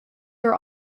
are